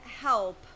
help